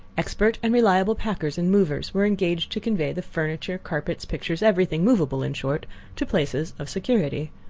expert and reliable packers and movers were engaged to convey the furniture, carpets, pictures everything movable, in short to places of security.